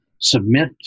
submit